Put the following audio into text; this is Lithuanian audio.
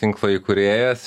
tinklo įkūrėjas